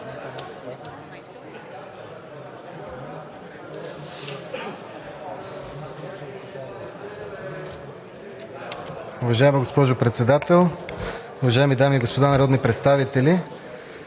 Уважаема госпожо Председател, уважаеми дами и господа народни представители!